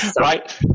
Right